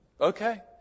Okay